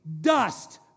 dust